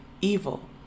evil